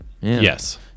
Yes